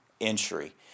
entry